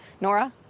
Nora